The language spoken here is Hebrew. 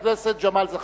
חבר הכנסת ג'מאל זחאלקה.